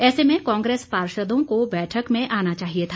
ऐसे में कांग्रेस पार्षदों को बैठक में आना चाहिए था